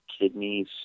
kidneys